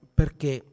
perché